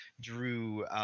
drew